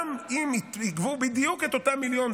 גם אם יגבו בדיוק את אותו מיליון,